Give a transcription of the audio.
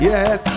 Yes